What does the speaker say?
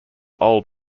old